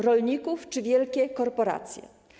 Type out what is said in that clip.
Rolników czy wielkie korporacje?